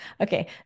Okay